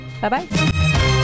Bye-bye